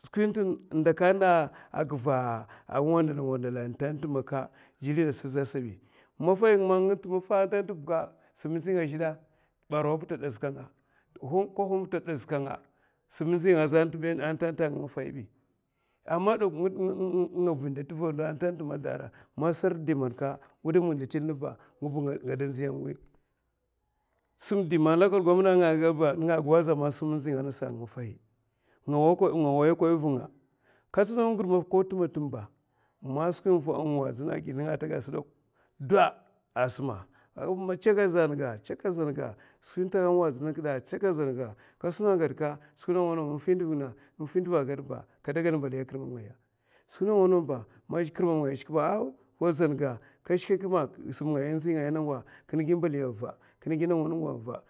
sun skwi n'ta ndakay na skwi mana a wandala atanta maka jili n'ta aza asaɓi maffahi nga man tɗ tɗ maffa atanta bè ka. sam ndzi nga a zhè èè? Barawa ba ta èazka nga koghum ta èazka nga sam ndzi nga aza asaɓi aman nga wèndè tuva ndo. ma sartɗ man wudam n'da til nɗ ba nga ba. ngada ndziya a wi, sum dè man local govèrnmènt anga gaè ba nènga gwoza nènga nasa asum ndzi nga anga maffahi. nga wayakoy vunga ko man ngur maffa tèma tèma ba man, skwi n'wazuna a nènga sa èok. do sum nènga, chèkè skwi n'ta wazina akèèa chèkè, tun gasa ka skwi nawa nawa a wazina bɗka kada gan mbalia kurmam ngaya ma kurmam ngaya ashik ba, wa kur mamga sum ndzi ngaya nawa kinè gi mbaliya ava